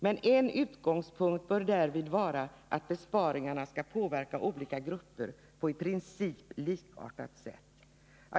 Men en utgångspunkt bör därvid vara att besparingarna skall påverka olika grupper på i princip likartat sätt.